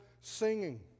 singing